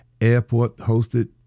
airport-hosted